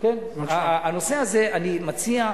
אני מציע,